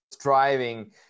driving